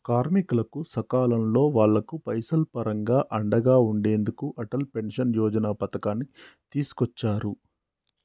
కార్మికులకు సకాలంలో వాళ్లకు పైసలు పరంగా అండగా ఉండెందుకు అటల్ పెన్షన్ యోజన పథకాన్ని తీసుకొచ్చారు